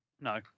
No